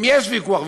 אם יש ויכוח,